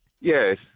Yes